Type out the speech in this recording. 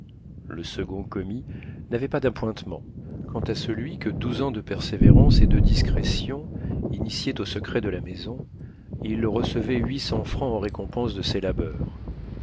le second commis n'avait pas d'appointements quant à celui que douze ans de persévérance et de discrétion initiaient aux secrets de la maison il recevait huit cents francs en récompense de ses labeurs